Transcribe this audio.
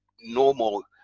normal